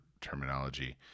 terminology